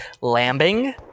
lambing